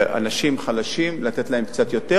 אנשים חלשים, לתת להם קצת יותר